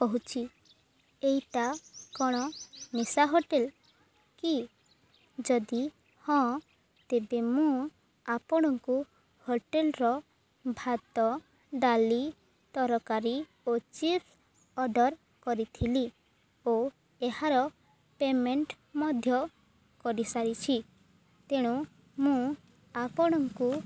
କହୁଛି ଏଇଟା କ'ଣ ମିଶା ହୋଟେଲ୍ କି ଯଦି ହଁ ତେବେ ମୁଁ ଆପଣଙ୍କୁ ହୋଟେଲ୍ର ଭାତ ଡାଲି ତରକାରୀ ଓ ଚିପ୍ସ ଅର୍ଡ଼ର୍ କରିଥିଲି ଓ ଏହାର ପେମେଣ୍ଟ ମଧ୍ୟ କରିସାରିଛି ତେଣୁ ମୁଁ ଆପଣଙ୍କୁ